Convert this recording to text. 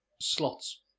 slots